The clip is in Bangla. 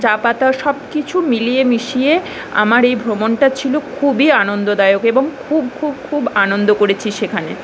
চা পাতা সব কিছু মিলিয়ে মিশিয়ে আমার এই ভ্রমণটা ছিল খুবই আনন্দদায়ক এবং খুব খুব খুব আনন্দ করেছি সেখানে